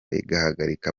igahagarika